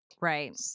Right